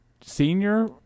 senior